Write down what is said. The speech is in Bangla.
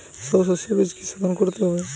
সব শষ্যবীজ কি সোধন করতে হবে?